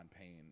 pain